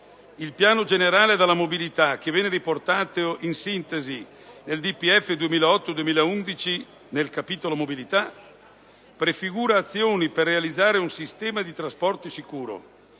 Il Piano generale della mobilità, riportato in sintesi nel DPEF 2008-2011, nel capitolo «Mobilità» prefigura azioni per realizzare un sistema di trasporti sicuro,